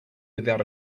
without